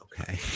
okay